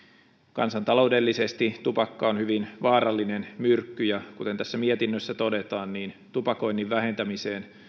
kansantaloudellisesti tupakka on hyvin vaarallinen myrkky ja kuten tässä mietinnössä todetaan tupakoinnin vähentämiseen